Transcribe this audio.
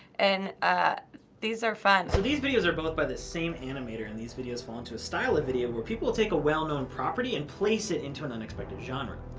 and ah these are fun. so these videos are both by the same animator, and these videos belong to a style of video where people take a well-known property and place it into an unexpected genre.